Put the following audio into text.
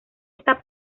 esta